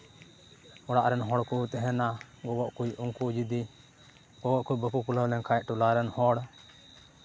ᱚᱲᱟᱜ ᱨᱮᱱ ᱦᱚᱲ ᱠᱚ ᱛᱟᱦᱮᱱᱟ ᱜᱚᱜᱚᱜ ᱠᱚ ᱩᱱᱠᱩ ᱡᱩᱫᱤ ᱜᱚᱜᱚᱜ ᱠᱚ ᱵᱟᱝ ᱠᱚ ᱠᱩᱞᱟᱹᱣ ᱞᱮᱱᱠᱷᱟᱱ ᱴᱚᱞᱟ ᱨᱮᱱ ᱦᱚᱲ